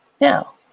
Now